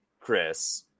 Chris